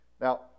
Now